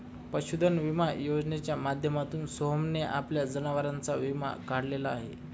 पशुधन विमा योजनेच्या माध्यमातून सोहनने आपल्या जनावरांचा विमा काढलेला आहे